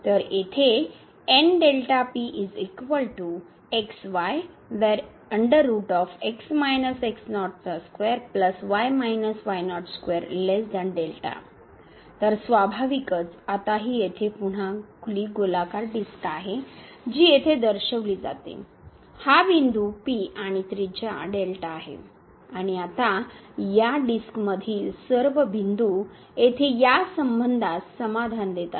तर येथे तर स्वाभाविकच आता ही येथे पुन्हा खुली गोलाकार डिस्क आहे जी येथे दर्शविली जाते हा बिंदू P आणि त्रिज्या आहे आणि आता या डिस्कमधील सर्व बिंदू येथे या संबंधास समाधान देतात